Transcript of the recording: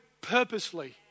purposely